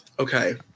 Okay